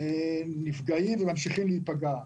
נפגעים וממשיכים להיפגע.